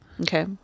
okay